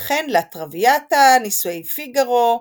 וכן לה טרוויאטה, נישואי פיגארו,